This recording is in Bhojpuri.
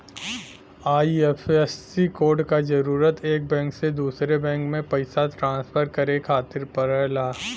आई.एफ.एस.सी कोड क जरूरत एक बैंक से दूसरे बैंक में पइसा ट्रांसफर करे खातिर पड़ला